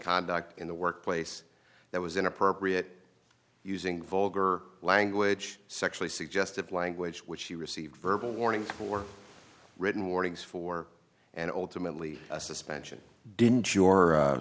conduct in the workplace that was inappropriate using vulgar language sexually suggestive language which she received verbal warning or written warnings for and ultimately a suspension didn't your